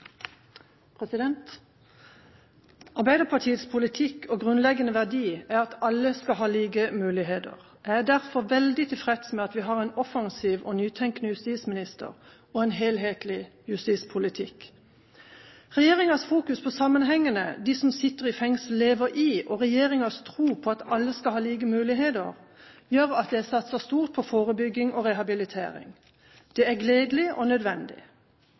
at alle skal ha like muligheter. Jeg er derfor veldig tilfreds med at vi har en offensiv og nytenkende justisminister – og en helhetlig justispolitikk. Regjeringens fokus på sammenhengene de som sitter i fengsel, lever i, og regjeringens tro på at alle skal ha like muligheter, gjør at det er satset stort på forebygging og rehabilitering. Det er gledelig og nødvendig.